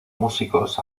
músicos